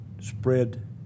spread